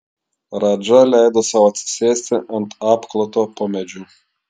radža leido sau atsisėsti ant apkloto po medžiu